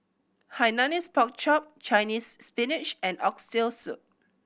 Hainanese Pork Chop Chinese Spinach and Oxtail Soup